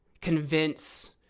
convince